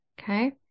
okay